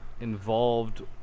involved